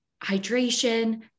hydration